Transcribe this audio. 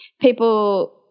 people